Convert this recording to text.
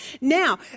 Now